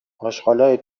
آشغالای